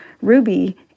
Ruby